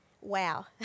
Wow